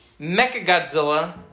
Mechagodzilla